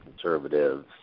conservatives